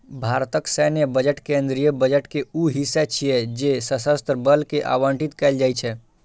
भारतक सैन्य बजट केंद्रीय बजट के ऊ हिस्सा छियै जे सशस्त्र बल कें आवंटित कैल जाइ छै